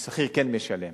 ושכיר כן משלם.